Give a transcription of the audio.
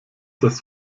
das